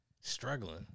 Struggling